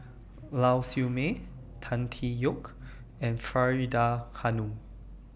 Lau Siew Mei Tan Tee Yoke and Faridah Hanum